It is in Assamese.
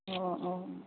অঁ অঁ